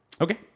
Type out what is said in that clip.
Okay